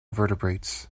vertebrates